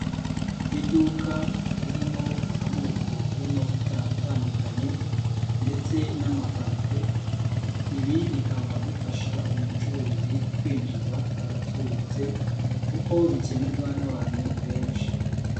Iduka ririmo amoko y'amavuta atandukanye ndetse n'amaparufe, ibi bikaba bifasha uyu mucuruzi kwinjiza agatubutse kuko bikenerwa n'abantu benshi.